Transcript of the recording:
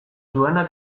duenak